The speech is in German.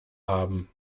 haben